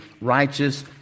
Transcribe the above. righteous